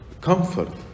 comfort